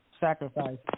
sacrifice